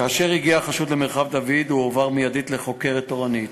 כאשר הגיע החשוד למרחב דוד הוא הועבר מיידית לחוקרת תורנית,